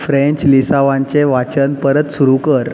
French लिसांवाचें वाचन परत सुरू कर